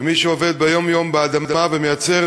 למי שעובד יום-יום באדמה ומייצר